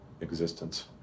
existence